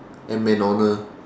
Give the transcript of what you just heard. and MacDonald